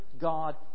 God